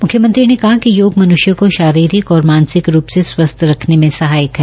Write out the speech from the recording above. मुख्यमंत्री ने कहा कि योग मन्ष्य को शारीरिक और मानसिक रूप से स्वस्थ रखने में सहायक है